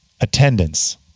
attendance